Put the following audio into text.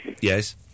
yes